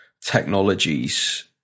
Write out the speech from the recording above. technologies